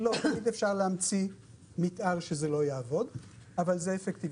תמיד אפשר להמציא מתאר שזה לא יעבוד אבל זה אפקטיבי.